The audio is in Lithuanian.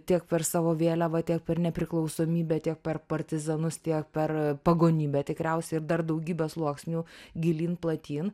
tiek per savo vėliavą tiek per nepriklausomybę tiek per partizanus tiek per pagonybę tikriausiai ir dar daugybę sluoksnių gilyn platyn